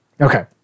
Okay